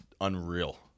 Unreal